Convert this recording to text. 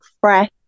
Fresh